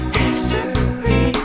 history